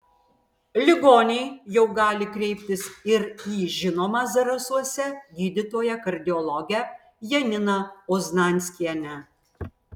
ligoniai jau gali kreiptis ir į žinomą zarasuose gydytoją kardiologę janina oznanskienę